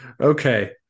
Okay